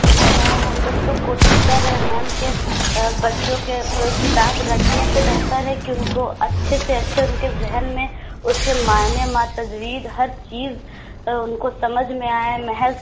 جی ma'am ہم لوگ تو کوشش کر رہے ہیں میم کہ بچوں کے کتاب ركھنے سے بہتر ہے كہ اُن كو اچھے سے اچھے اُن كے ذہن میں اُس كے معنی مع تجوید ہر چیز اُن كو سمجھ میں آئے محض